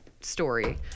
story